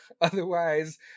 Otherwise